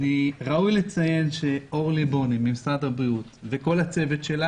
ראוי לציין שבכל השנים האחרונות של ההנגשה אורלי בוני וכל הצוות,